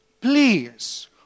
please